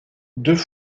deux